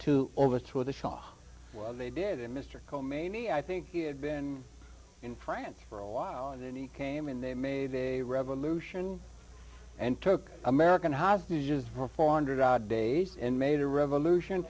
to overthrow the shaw while they did that mr khomeini i think he had been in france for a while and then he came in they made a revolution and took american hostages for four hundred odd days and made a revolution